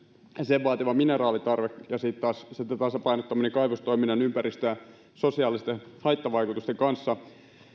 ja sen vaatima mineraalitarve ja sitten taas se tasapainottaminen kaivostoiminnan ympäristö ja sosiaalisten haittavaikutusten kanssa tällaisissa